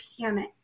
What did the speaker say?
panic